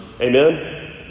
Amen